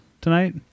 tonight